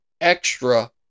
extra